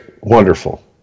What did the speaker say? Wonderful